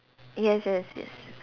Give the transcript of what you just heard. yes yes yes